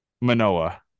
manoa